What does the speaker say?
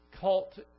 cult